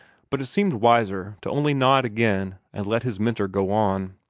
but it seemed wiser to only nod again, and let his mentor go on.